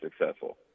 successful